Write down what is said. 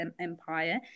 empire